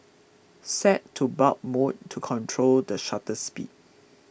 set to Bulb mode to control the shutter speed